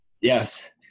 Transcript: Yes